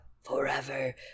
forever